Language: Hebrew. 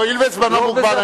הואיל וזמנו מוגבל,